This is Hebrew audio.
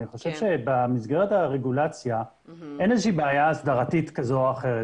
אני חושב שבמסגרת הרגולציה אין איזושהי בעיה הסדרתית כזו או אחרת.